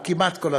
או כמעט כל הצעה,